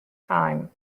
time